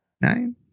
nine